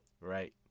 Right